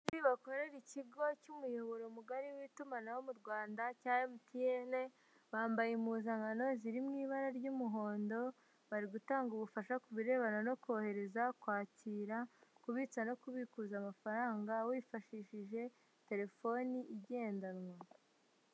Abantu bakorera ikigo cy'umuyoboro mugari w'itumanaho mu Rwanda cya MTN, bambaye impuzankano ziri mu ibara ry'umuhondo, bari gutanga ubufasha ku birebana no kohereza, kwakira, kubitsa no kubikuza amafaranga, wifashishije telefoni igendanwa.